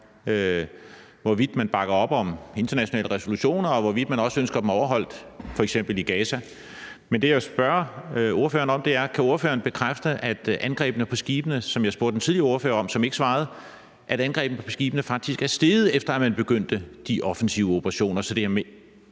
hvorvidt man bakker op om internationale resolutioner, og hvorvidt man også ønsker, at de overholdes, f.eks. i Gaza. Men det, jeg vil spørge ordføreren om, er, om ordføreren kan bekræfte, at antallet af angreb på skibene – hvilket jeg også spurgte den tidligere ordfører om, som ikke svarede – faktisk er steget, efter at man begyndte de offensive operationer, så de offensive